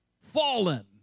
Fallen